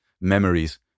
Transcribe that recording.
memories